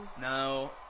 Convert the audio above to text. No